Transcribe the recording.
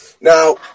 Now